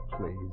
please